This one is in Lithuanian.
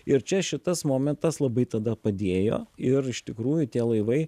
ir čia šitas momentas labai tada padėjo ir iš tikrųjų tie laivai